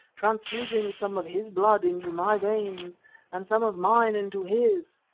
transfusing some of his blood into my veins and some of mine into his.